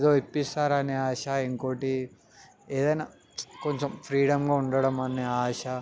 ఏదో ఇప్పిస్తారని ఒక ఆశ ఇంకోటి ఏదైనా కొంచెం ఫ్రీడమ్గా ఉండడం అనే ఆశ